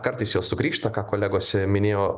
kartais jos sugrįžta ką kolegos minėjo